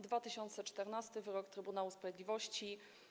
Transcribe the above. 2014 r. - wyrok Trybunału Sprawiedliwości.